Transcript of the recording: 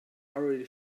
already